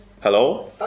hello